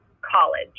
college